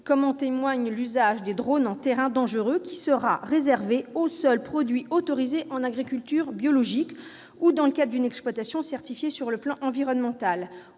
mesures en témoignent . L'usage des drones en terrain dangereux sera réservé à l'épandage des seuls produits autorisés en agriculture biologique ou dans le cadre d'une exploitation certifiée sur le plan environnemental,